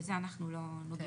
בתוקף שלה אנחנו לא נוגעים.